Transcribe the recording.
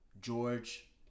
George